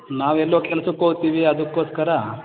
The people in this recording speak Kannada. ನಾವೆಲ್ಲೋ ಕೆಲಸಕ್ಕೋಗ್ತೀವಿ ಅದಕ್ಕೋಸ್ಕರ